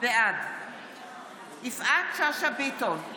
בעד יפעת שאשא ביטון,